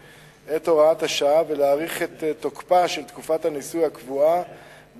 יחולו לעניין הרכבת הקלה הוראות פקודת התעבורה החלות לעניין